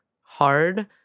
hard